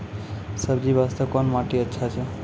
सब्जी बास्ते कोन माटी अचछा छै?